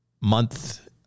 month